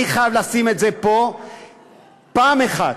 אני חייב לשים את זה פה פעם אחת: